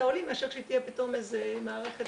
העולים מאשר שהיא תהיה פתאום מערכת גרנדיוזית.